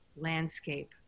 landscape